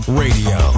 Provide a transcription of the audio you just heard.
radio